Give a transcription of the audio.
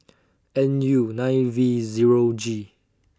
N U nine V Zero G